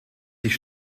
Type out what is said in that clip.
sich